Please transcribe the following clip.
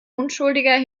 unschuldiger